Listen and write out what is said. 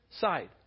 side